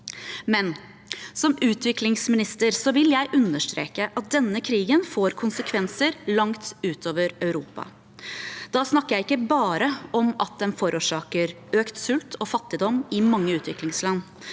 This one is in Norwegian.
Som utviklingsminister vil jeg understreke at denne krigen får konsekvenser langt utover Europa. Da snakker jeg ikke bare om at den forårsaker økt sult og fattigdom i mange utviklingsland,